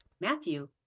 Matthew